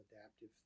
adaptive